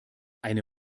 eine